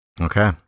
Okay